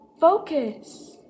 Focus